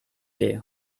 weh